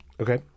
okay